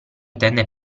tende